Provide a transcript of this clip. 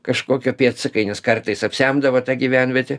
kažkokio pėdsakai nes kartais apsemdavo tą gyvenvietę